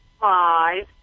five